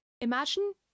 Imagine